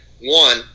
One